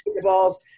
balls